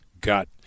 got